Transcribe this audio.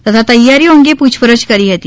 તથા તૈયારીઓ અંગે પૂછપરછ કરી હતી